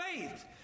faith